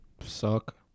suck